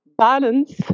Balance